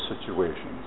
situations